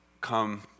come